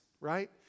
right